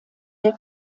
der